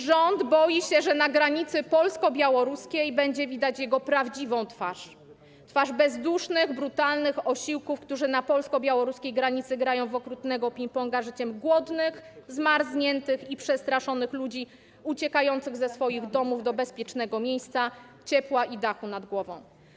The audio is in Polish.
Rząd boi się, że na granicy polsko-białoruskiej będzie widać jego prawdziwą twarz: bezdusznych, brutalnych osiłków, którzy na polsko-białoruskiej granicy grają w okrutnego ping-ponga życiem głodnych, zmarzniętych i przestraszonych ludzi uciekających ze swoich domów do bezpiecznego miejsca, ciepła i dachu nad głową.